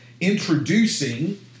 introducing